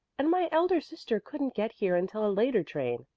and my elder sister couldn't get here until a later train.